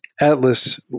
Atlas